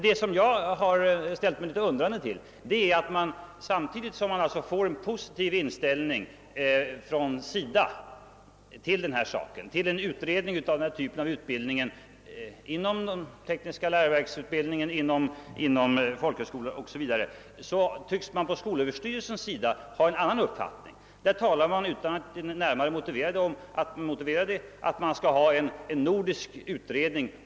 Det som jag ställt mig litet undrande till är att samtidigt som man får en positiv inställning från SIDA till en utredning av denna typ av utbildning inom den tekniska gymnasieutbildningen, inom folkhögskolan o.s. v., tycks man inom skolöverstyrelsen ha en annan uppfattning. Utan att närmare motivera det talar man där om att vi bör ha en nordisk utredning.